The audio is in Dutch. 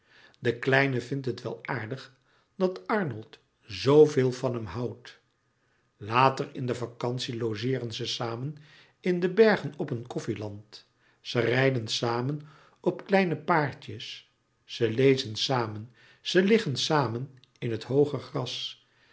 de kleine vindt het wel aardig dat arnold zooveel van hem houdt later in de vacantie logeeren ze zamen in de bergen op een koffieland ze rijden samen louis couperus metamorfoze op kleine paardjes ze lezen samen ze liggen samen in het hooge gras